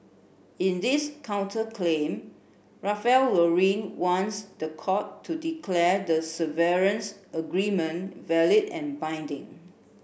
in this counterclaim Ralph Lauren wants the court to declare the severance agreement valid and binding